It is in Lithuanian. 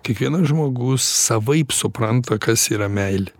kiekvienas žmogus savaip supranta kas yra meilė